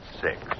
six